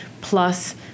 plus